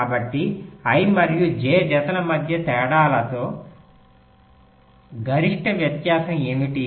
కాబట్టి i మరియు j జతల మధ్య తేడాలలో గరిష్ట వ్యత్యాసం ఏమిటి